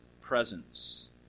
presence